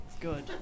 Good